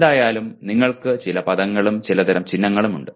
എന്തായാലും നിങ്ങൾക്ക് ചില പദങ്ങളും ചിലതരം ചിഹ്നങ്ങളും ഉണ്ട്